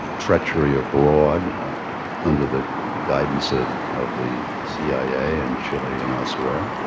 treachery abroad under the guidance of of the cia in chile and elsewhere.